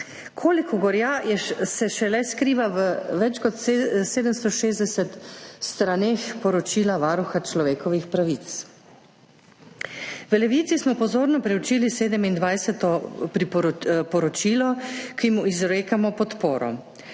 Koliko gorja se šele skriva v več kot 760 straneh poročila Varuha človekovih pravic? V Levici smo pozorno preučili sedemindvajseto poročilo, ki mu izrekamo podporo.